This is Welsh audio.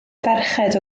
ferched